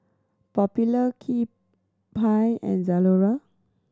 Popular Kewpie and Zalora